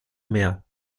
mehr